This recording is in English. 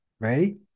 ready